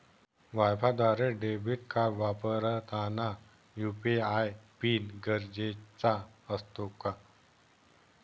वायफायद्वारे debit card वापरताना UPI PIN गरजेचा असतो का?